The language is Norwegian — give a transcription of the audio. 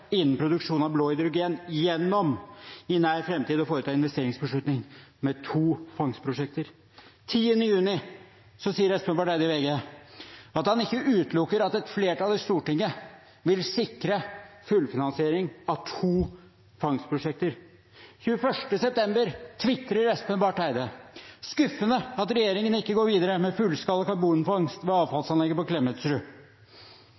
av blå hydrogen gjennom i nær framtid å foreta en investeringsbeslutning med to fangstprosjekter. Den 10. juni 2020 sier Espen Barth Eide i VG at han ikke utelukker at et flertall i Stortinget vil sikre fullfinansiering av to fangstprosjekter. Den 21. september 2020 tvitrer Espen Barth Eide: «Skuffende at Regjeringen ikke går videre med fullskala karbonfangst ved